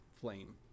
flame